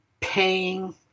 paying